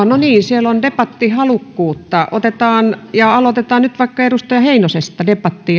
no niin siellä on debattihalukkuutta aloitetaan nyt vaikka edustaja heinosesta debatti